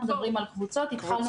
בדיוק, אנחנו מדברים על קבוצות.